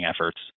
efforts